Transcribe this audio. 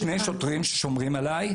שני שוטרים ששומרים עליי.